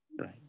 Right